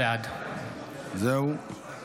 בעד זהו,